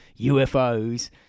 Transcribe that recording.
UFOs